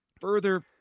further